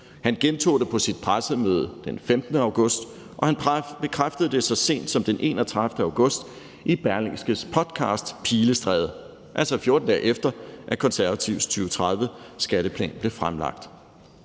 han gentog det på sit pressemøde den 15. august, og han bekræftede det så sent som den 31. august i Berlingskes podcast »Pilestræde«, altså 14 dage efter at Konservatives 2030-skatteplan blev fremlagt.